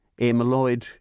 Amyloid